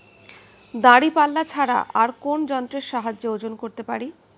দাঁড়িপাল্লা ছাড়া আর কোন যন্ত্রের সাহায্যে ওজন করতে পারি?